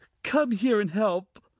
come here and help.